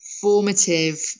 formative